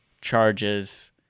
charges